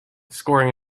scoring